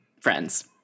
friends